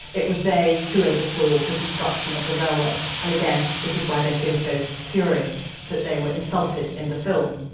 it was they who oversaw the construction of the railway, and again this is why they feel so furious that they were insulted in the film.